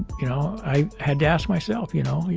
you know, i had to ask myself. you know,